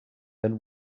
then